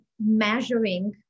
measuring